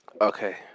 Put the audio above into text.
okay